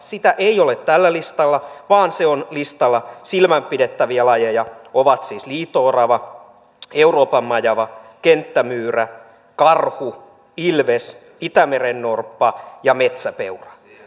sitä ei ole tällä listalla vaan se on listalla silmällä pidettäviä lajeja jolla ovat siis liito orava euroopanmajava kenttämyyrä karhu ilves itämerennorppa ja metsäpeura